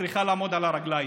צריכים לעמוד על הרגליים.